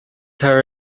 her